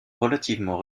relativement